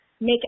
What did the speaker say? make